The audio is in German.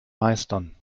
meistern